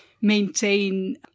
maintain